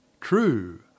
True